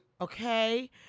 okay